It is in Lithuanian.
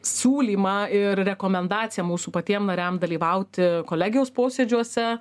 siūlymą ir rekomendaciją mūsų patiems nariam dalyvauti kolegijos posėdžiuose